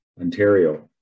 Ontario